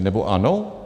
Nebo ano?